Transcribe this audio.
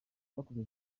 abakoze